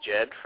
jed